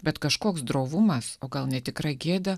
bet kažkoks drovumas o gal netikra gėda